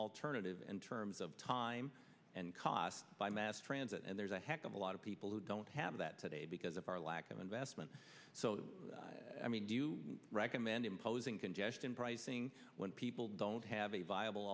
alternative and terms of time and cost by mass transit and there's a heck of a lot of people who don't have that today because of our lack of investment so i mean do you recommend imposing congestion pricing when people don't have a viable